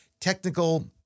technical